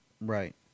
Right